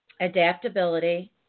adaptability